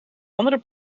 andere